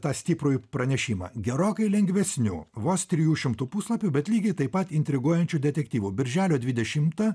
tą stiprųjį pranešimą gerokai lengvesniu vos trijų šimtų puslapių bet lygiai taip pat intriguojančiu detektyvu birželio dvidešimtą